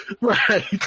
Right